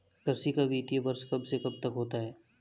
कृषि का वित्तीय वर्ष कब से कब तक होता है?